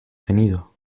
tenido